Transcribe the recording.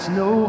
no